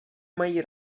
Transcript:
mají